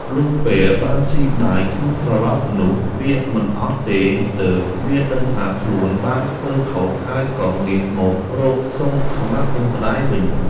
លុះពេលបានស៊ីបាយក្នុងត្រឡោកនោះ វាមិនអស់ទេ ទើបវាដឹងថាខ្លួនបានធ្វើខុស ហើយក៏ងាកមករកសុំខមាទោសម្តាយវិញ។